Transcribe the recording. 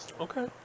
Okay